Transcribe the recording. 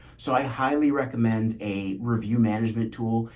so i highly recommend a review management tool.